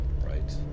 right